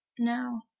no,